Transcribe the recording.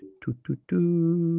two to two